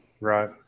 Right